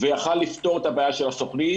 והיה יכול לפתור את הבעיה של הסוכנים,